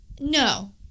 No